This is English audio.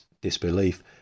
disbelief